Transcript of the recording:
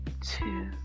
two